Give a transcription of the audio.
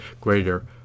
greater